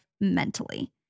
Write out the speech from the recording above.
mentally